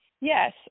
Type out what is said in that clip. Yes